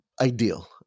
ideal